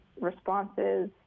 responses